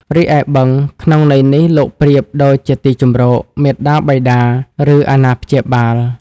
រីឯបឹង ក្នុងន័យនេះ លោកប្រៀបដូចជាទីជម្រក មាតាបិតា ឬអាណាព្យាបាល។